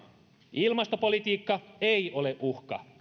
ilmastopolitiikka ei ole uhka